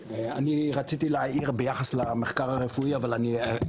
רציתי להעיר ביחס למחקר הרפואי אבל למען